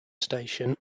station